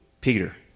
Peter